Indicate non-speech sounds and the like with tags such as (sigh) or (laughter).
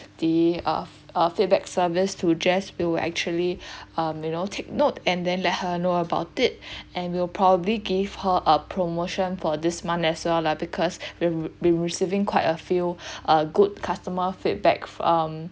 the uh uh feedback service to jess we will actually (breath) um you know take note and then let her know about it (breath) and we'll probably give her a promotion for this month as well lah because we we receiving quite a few (breath) uh good customer feedback um